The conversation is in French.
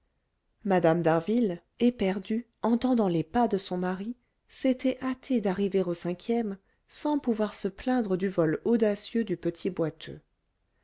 mme d'harville éperdue entendant les pas de son mari s'était hâtée d'arriver au cinquième sans pouvoir se plaindre du vol audacieux du petit boiteux